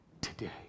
today